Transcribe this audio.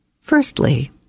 Firstly